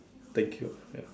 thank you ah ya